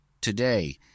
today